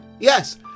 Yes